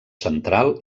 central